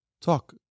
Talk